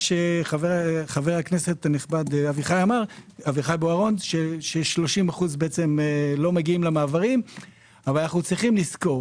שחבר הכנסת הנכבד בוארון אמר ש-30% לא מגיעים למעברים אך עלינו לזכור